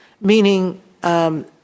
meaning –